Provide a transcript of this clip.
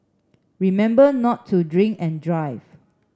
remember not to drink and drive